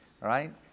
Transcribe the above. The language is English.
right